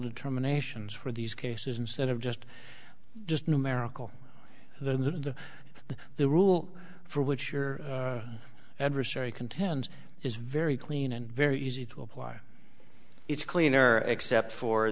determination for these cases instead of just just numerical the the the rule for which your adversary contends is very clean and very easy to apply it's cleaner except for